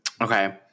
Okay